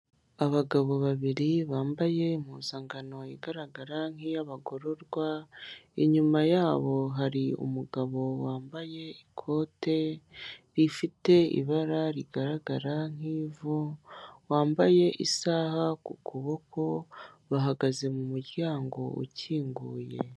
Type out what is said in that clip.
Abagabo babiri bambaye impuzangano igaragara nk'iy'abagororwa, inyuma yabo hari umugabo wambaye ikote rifite ibara rigaragara nk'ivu, wambaye isaha ku kuboko, bahagaze mu muryango ukinguye.